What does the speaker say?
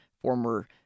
former